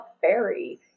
fairy